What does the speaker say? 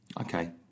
Okay